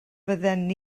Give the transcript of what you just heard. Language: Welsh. fydden